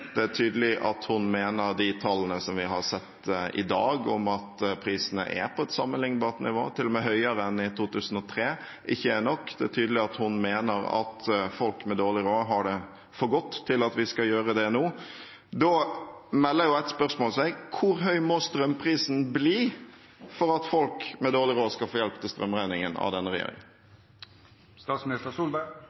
Det er tydelig at hun mener de tallene som vi har sett i dag, at prisene er på et sammenliknbart nivå, til og med høyere enn i 2003, ikke er nok. Det er tydelig at hun mener at folk med dårlig råd har det for godt til at vi skal gjøre noe med det nå. Da melder et spørsmål seg: Hvor høy må strømprisen bli for at folk med dårlig råd skal få hjelp til strømregningen av denne